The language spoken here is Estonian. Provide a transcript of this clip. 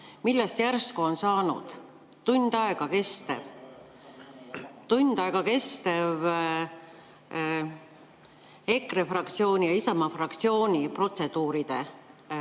millest järsku on saanud tund aega kestev EKRE fraktsiooni ja Isamaa fraktsiooni protseduuride menetlemine.